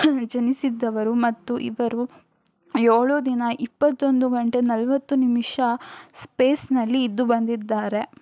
ಜನಿಸಿದ್ದವರು ಮತ್ತು ಇವರು ಏಳು ದಿನ ಇಪ್ಪತ್ತೊಂದು ಗಂಟೆ ನಲ್ವತ್ತು ನಿಮಿಷ ಸ್ಪೇಸ್ನಲ್ಲಿ ಇದ್ದು ಬಂದಿದ್ದಾರೆ